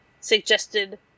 suggested